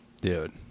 Dude